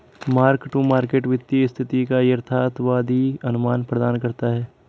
mark to market वित्तीय स्थिति का यथार्थवादी अनुमान प्रदान करता है